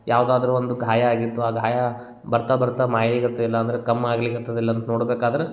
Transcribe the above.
ಯಾವುದಾದ್ರೂ ಒಂದು ಗಾಯ ಆಗಿತ್ತು ಆ ಗಾಯ ಬರ್ತಾ ಬರ್ತಾ ಮಾಯಾಗೆತ್ತೆ ಇಲ್ಲಾಂದರೆ ಕಮ್ಮಿ ಆಗ್ಲಿಕತ್ತದಿಲ್ಲ ಅಂತ ನೋಡಬೇಕಾದ್ರೆ